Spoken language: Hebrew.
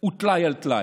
הוא טלאי על טלאי,